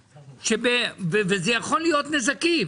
יכולים להיות נזקים